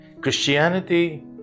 Christianity